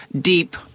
deep